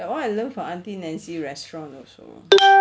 that one I learn from auntie nancy restaurant also